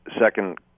second